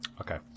Okay